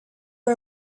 for